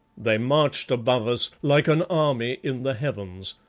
they marched above us like an army in the heavens,